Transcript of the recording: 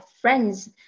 friends